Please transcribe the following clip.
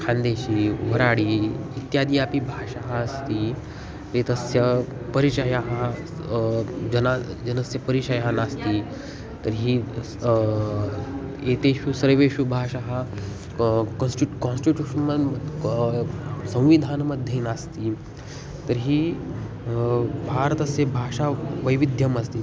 खन्देशी वराडी इत्यादि अपि भाषाः अस्ति एतस्य परिचयः जना जनस्य परिचयः नास्ति तर्हि एतेषु सर्वेषु भाषासु कन्स्ट्युट् कान्स्टिट्यूशन् मध्ये का संविधानमध्ये नास्ति तर्हि भारतस्य भाषावैविध्यम् अस्ति